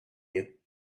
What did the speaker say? you